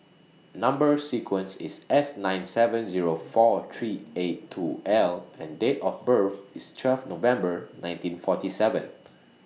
Number sequence IS S nine seven Zero four three eight two L and Date of birth IS twelve November nineteen forty seven